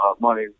money